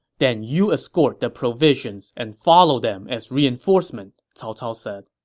then you escort the provisions and follow them as reinforcement, cao cao said